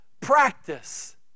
practice